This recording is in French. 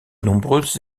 nombreuses